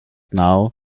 now